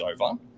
over